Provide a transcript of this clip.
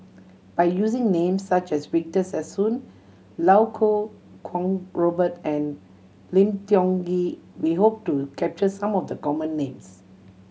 by using names such as Victor Sassoon Iau Kuo Kwong Robert and Lim Tiong Ghee we hope to capture some of the common names